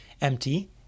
empty